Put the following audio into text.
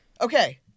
Okay